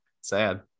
Sad